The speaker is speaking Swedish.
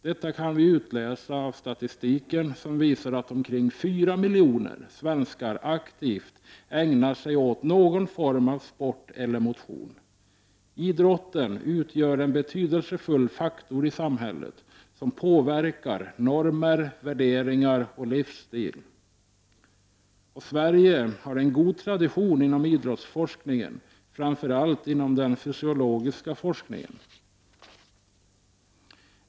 Detta kan vi utläsa av statistiken, som visar att omkring fyra miljoner svenskar aktivt ägnar sig åt någon form av sport eller motion. Idrotten utgör en betydelsefull faktor i samhället som påverkar normer, värderingar och livsstil. Sverige har en god tradition inom idrottsforskningen, framför allt inom den fysiologiska forskningen.